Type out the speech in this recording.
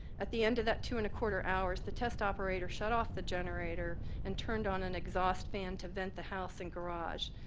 at the end of that two and a quarter hour, the test operator shut-off the generator and turned on an exhaust fan to vent the house and garage.